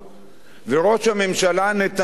וראש הממשלה נתניהו,